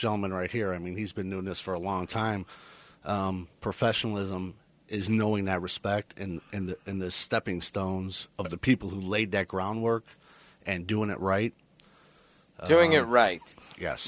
gentleman right here i mean he's been doing this for a long time professionalism is knowing that respect and in the stepping stones of the people who laid the groundwork and doing it right doing it right